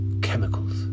chemicals